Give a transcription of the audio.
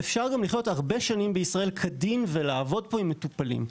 אפשר גם לחיות הרבה שנים בישראל כדין ולעבוד פה עם מטופלים.